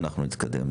אנחנו נתקדם,